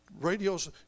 Radios